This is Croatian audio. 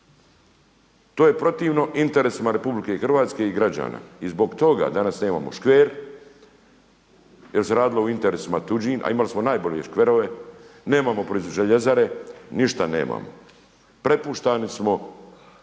To je protivno interesima Republike Hrvatske i građana i zbog toga danas nemamo Škver jer se radilo o interesima tuđim a imali smo najbolje škverove, nemamo željezare, ništa nemamo, prepušteni smo